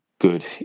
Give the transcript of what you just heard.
good